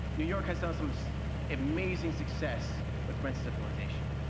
new york has done some so amazing success with rent stable lization.